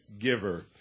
giver